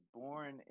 born